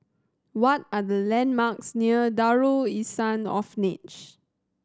what are the landmarks near Darul Ihsan Orphanage